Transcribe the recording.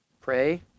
pray